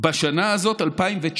בשנה הזאת, 2019,